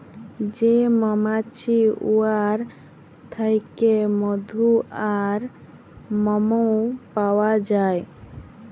যে মমাছি উয়ার থ্যাইকে মধু আর মমও পাউয়া যায়